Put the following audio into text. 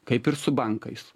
kaip ir su bankais